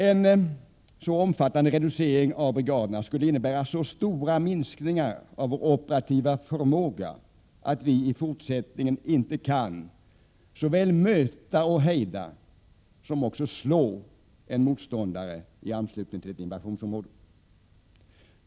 En så omfattande reducering av brigaderna skulle innebära sådana minskningar av vår operativa förmåga att vi i fortsättningen inte kan möta, hejda eller slå en motståndare i anslutning till ett invasionsområde.